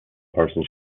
person